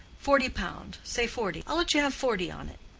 forty pound say forty i'll let you have forty on it.